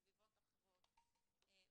סביבות אחרות וכו'.